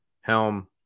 Helm